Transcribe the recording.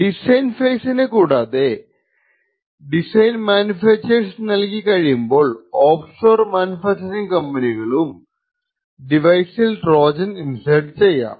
design ഫെസിനെ കൂടാതെ design മാനുഫാക്ചർക്ക് നൽകി കഴിയുമ്പോൾ ഓഫ്ഷോർ മാനുഫാക്ചറിങ് കമ്പനികളും ഡിവൈസിൽ ട്രോജൻ ഇൻസേർട് ചെയ്യാം